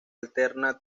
alterna